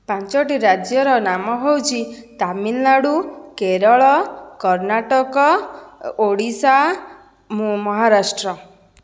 ପାଞ୍ଚଟି ରାଜ୍ୟର ନାମ ହେଉଛି ତାମିଲନାଡ଼ୁ କେରଳ କର୍ଣ୍ଣାଟକ ଓଡ଼ିଶା ମହାରାଷ୍ଟ୍ର